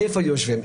איפה יושבים.